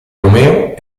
romeo